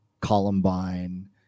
Columbine